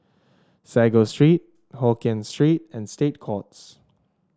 Sago Street Hokkien Street and State Courts